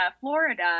florida